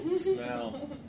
smell